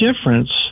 difference